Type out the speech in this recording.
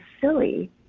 silly